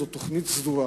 זו תוכנית סדורה,